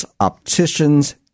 opticians